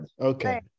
Okay